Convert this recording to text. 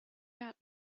got